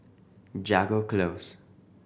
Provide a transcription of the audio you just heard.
Jago Close